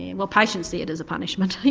well patients see it as a punishment,